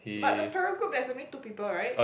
but the Peru group there's only two people right